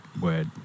word